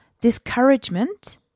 discouragement